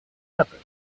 other